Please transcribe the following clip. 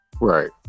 Right